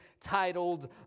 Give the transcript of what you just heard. titled